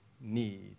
need